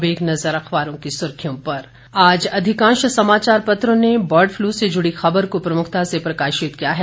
अब एक नजर अखबारों की सुर्खियों पर आज अधिकांश समाचार पत्रों ने बर्ड फ़लू से जुड़ी खबर को प्रमुखता से प्रकाशित किया है